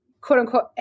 quote-unquote